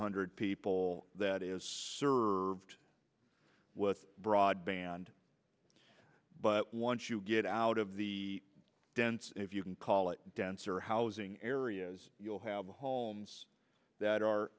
hundred people that is served with broadband but once you get out of the dense if you can call it denser housing areas you'll have homes that are